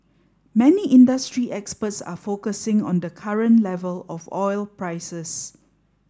many industry experts are focusing on the current level of oil prices